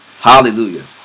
Hallelujah